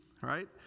right